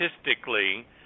statistically